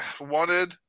wanted